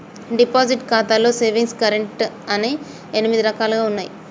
deposit ఖాతాలో savings current అని ఎనిమిది రకాలుగా ఉన్నయి